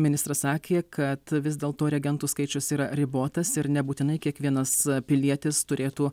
ministras sakė kad vis dėlto reagentų skaičius yra ribotas ir nebūtinai kiekvienas pilietis turėtų